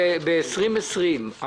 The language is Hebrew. ב-2020,